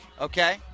okay